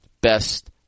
best